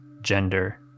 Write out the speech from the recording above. gender